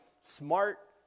smart